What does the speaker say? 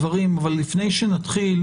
אני מבקש את עיקרי הדברים, והמצגת תישלח.